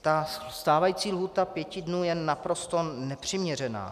Ta stávající lhůta pěti dnů je naprosto nepřiměřená.